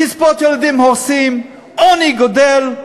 קצבאות ילדים, הורסים, העוני גדל.